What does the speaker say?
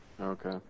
Okay